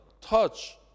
touch